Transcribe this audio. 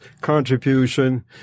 contribution